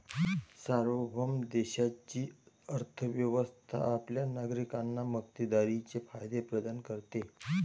सार्वभौम देशाची अर्थ व्यवस्था आपल्या नागरिकांना मक्तेदारीचे फायदे प्रदान करते